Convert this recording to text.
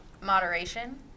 moderation